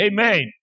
Amen